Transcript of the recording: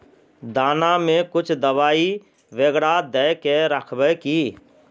दाना में कुछ दबाई बेगरा दय के राखबे की?